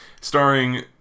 Starring